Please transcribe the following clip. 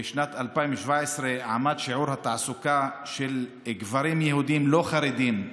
בשנת 2017 עמד שיעור התעסוקה של גברים יהודים לא חרדים,